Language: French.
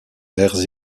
airs